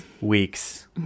weeks